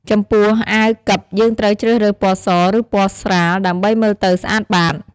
ចំពោះអាវកិបយើងត្រូវជ្រើសរើសពណ៌ស ឬពណ៌ស្រាល ដើម្បីមើលទៅស្អាតបាត។